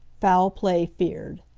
foul play feared.